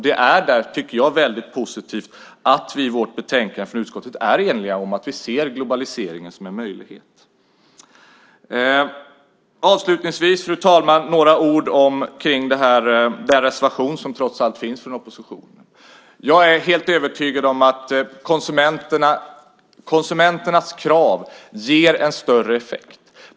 Jag tycker att det är positivt att vi i utlåtandet från utskottet är eniga om att vi ser globaliseringen som en möjlighet. Jag ska säga några ord om den reservation som trots allt finns från oppositionen. Jag är helt övertygad om att konsumenternas krav ger en större effekt.